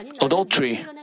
adultery